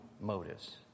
motives